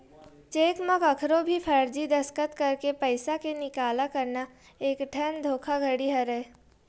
cheque म कखरो भी फरजी दस्कत करके पइसा के निकाला करना एकठन धोखाघड़ी हरय